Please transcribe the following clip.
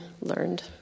learned